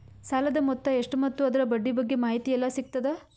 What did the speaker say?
ಸಾಲದ ಮೊತ್ತ ಎಷ್ಟ ಮತ್ತು ಅದರ ಬಡ್ಡಿ ಬಗ್ಗೆ ಮಾಹಿತಿ ಎಲ್ಲ ಸಿಗತದ?